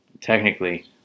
technically